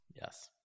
Yes